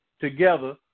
together